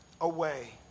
away